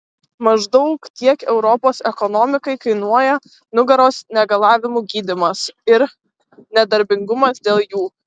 maždaug tiek europos ekonomikai kainuoja nugaros negalavimų gydymas ir nedarbingumas dėl jų